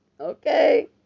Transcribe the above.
Okay